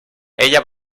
ella